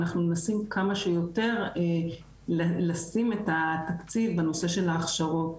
אנחנו מנסים כמה שיותר לשים את התקציב בנושא של ההכשרות,